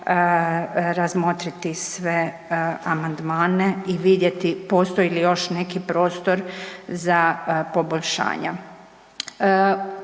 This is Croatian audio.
razmotriti sve amandmane i vidjeti postoji li još neki prostor za poboljšanja.